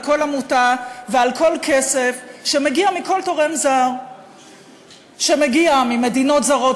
על כל עמותה ועל כל כסף שמגיע מכל תורם זר שמגיע ממדינות זרות,